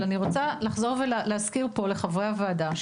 אני רוצה לחזור ולהזכיר פה לחברי הוועדה,